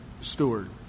steward